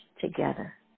together